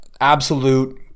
absolute